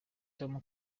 tom